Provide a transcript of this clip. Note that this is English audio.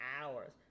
hours